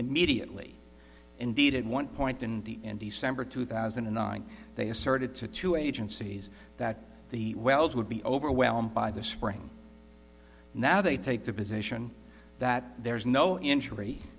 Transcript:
immediately indeed at one point in december two thousand and nine they asserted to two agencies that the wells would be overwhelmed by the spring now they take the position that there is no injury